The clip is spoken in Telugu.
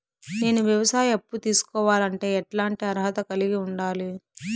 నేను వ్యవసాయ అప్పు తీసుకోవాలంటే ఎట్లాంటి అర్హత కలిగి ఉండాలి?